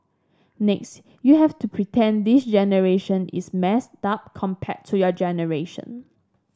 next you have to pretend this generation is messed up compared to your generation